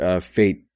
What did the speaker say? Fate